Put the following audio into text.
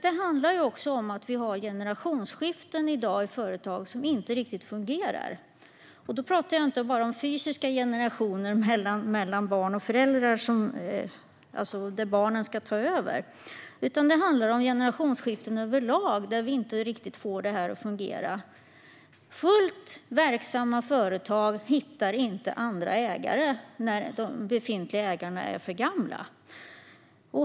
Det handlar om att vi har generationsskiften i företagen som inte riktigt fungerar i dag. Då talar jag inte bara om fysiska generationer av barn och föräldrar där barnen ska ta över, utan det handlar om generationsskiften överlag där vi inte riktigt får detta att fungera. Fullt verksamma företag hittar inte andra ägare när de befintliga ägarna är för gamla.